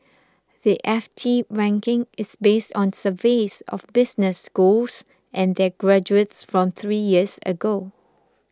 the F T ranking is based on surveys of business schools and their graduates from three years ago